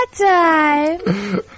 time